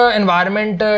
environment